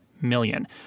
million